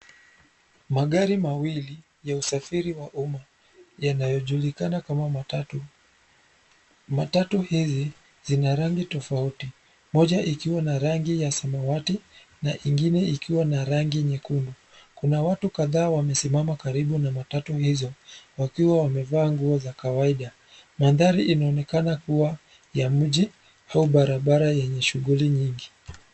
Magari mawili ya usafiri wa umma yanaojulikana kama matatu. Matatu hizi zina rangi tofauti; moja ikiwa na rangi ya samawati na ingine ikiwa na rangi nyekundu. Kuna watu kadhaa wamesimama karibu na matatu hizo wakiwa wamevaa nguo za kawaida. Mandhari inaonekana kuwa ya mji au barabara yenye shughuli nyingi.